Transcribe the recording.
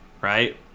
right